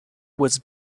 was